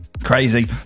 Crazy